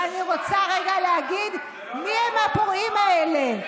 ואני רוצה להגיד מי הם הפורעים האלה.